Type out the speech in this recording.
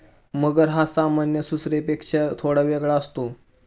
मगर हा सामान्य सुसरपेक्षा थोडा वेगळा असतो